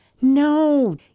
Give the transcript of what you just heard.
No